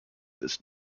this